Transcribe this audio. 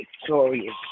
victorious